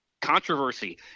controversy